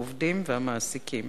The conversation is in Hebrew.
העובדים והמעסיקים.